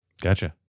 Gotcha